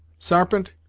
sarpent,